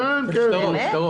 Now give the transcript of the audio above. כסף.